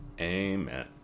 Amen